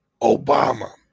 Obama